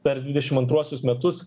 per dvidešim antruosius metus